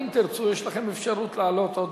ואם תרצו יש לכם אפשרות לעלות עוד,